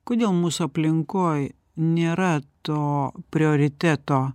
kodėl mūsų aplinkoj nėra to prioriteto